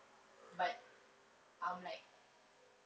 but I'm like